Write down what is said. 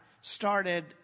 started